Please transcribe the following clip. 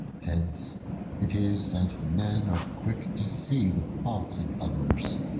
hence it is that men are quick to see the faults of others,